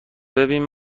ببین